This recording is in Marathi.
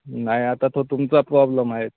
नाही आता तो तुमचा प्रॉब्लेम आहे